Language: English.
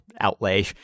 outlay